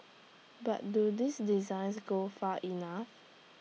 but do these designs go far enough